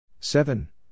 Seven